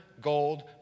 gold